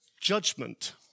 judgment